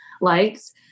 likes